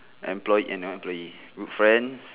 employ and employee good friends